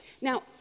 Now